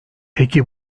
peki